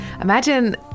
imagine